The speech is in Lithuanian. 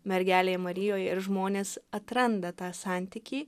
mergelėj marijoj ir žmonės atranda tą santykį